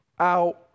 out